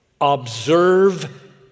observe